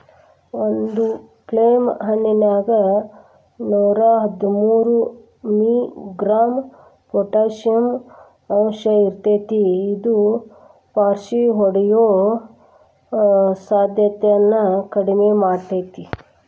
ಒಂದು ಪ್ಲಮ್ ಹಣ್ಣಿನ್ಯಾಗ ನೂರಾಹದ್ಮೂರು ಮಿ.ಗ್ರಾಂ ಪೊಟಾಷಿಯಂ ಅಂಶಇರ್ತೇತಿ ಇದು ಪಾರ್ಷಿಹೊಡಿಯೋ ಸಾಧ್ಯತೆನ ಕಡಿಮಿ ಮಾಡ್ತೆತಿ